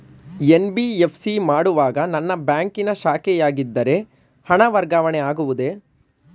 NBFC ಮಾಡುವಾಗ ನನ್ನ ಬ್ಯಾಂಕಿನ ಶಾಖೆಯಾಗಿದ್ದರೆ ಹಣ ವರ್ಗಾವಣೆ ಆಗುವುದೇ?